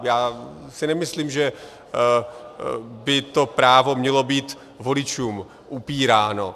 Já si nemyslím, že by to právo mělo být voličům upíráno.